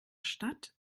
stadt